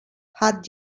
hat